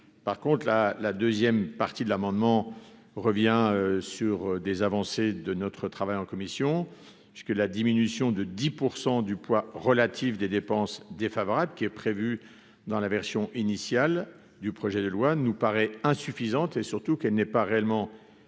par contre la la deuxième partie de l'amendement revient sur des avancées de notre travail en commission, ce que la diminution de 10 % du poids relatif des dépenses défavorables qui est prévu dans la version initiale du projet de loi nous paraît insuffisante et surtout qu'elle n'est pas réellement